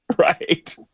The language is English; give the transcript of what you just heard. Right